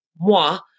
moi